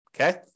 Okay